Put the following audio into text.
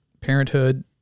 parenthood